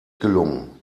gelungen